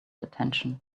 attention